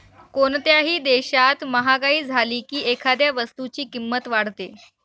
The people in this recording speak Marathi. कोणत्याही देशात महागाई झाली की एखाद्या वस्तूची किंमत वाढते